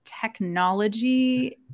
technology